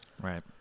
Right